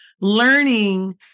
learning